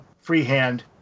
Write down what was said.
freehand